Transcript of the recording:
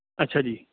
ਅੱਛਾ ਜੀ